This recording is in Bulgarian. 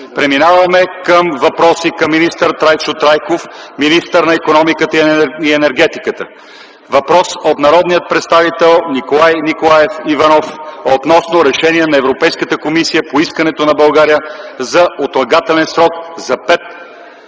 Преминаваме към въпроси към Трайчо Трайков – министър на икономиката, енергетиката и туризма. Въпрос от народния представител Иван Николаев Иванов относно решение на Европейската комисия по искането на България за отлагателен срок за пет